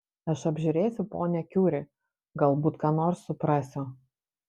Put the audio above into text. aš apžiūrėsiu ponią kiuri galbūt ką nors suprasiu